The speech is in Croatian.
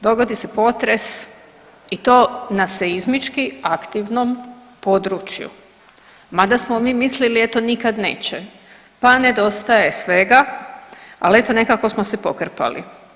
Dogodi se potres i to na seizmički aktivnom području mada smo mi mislili eto nikad neće, pa nedostaje svega, ali eto nekako smo se pokrpali.